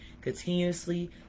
continuously